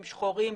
עם שחורים,